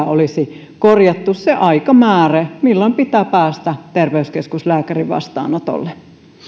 olisi korjattu se aikamääre milloin pitää päästä terveyskeskuslääkärin vastaanotolle